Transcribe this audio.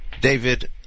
David